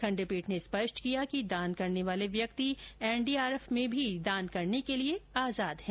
खंडपीठ ने स्पष्ट किया कि दान करने वाले व्यक्ति एनडीआरएफ में भी दान करने के लिए आजाद हैं